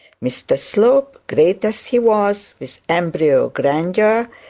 mr slope, great as he was with embryo grandeur,